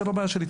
זה לא בעיה שלי,